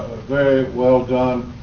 well done.